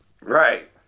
Right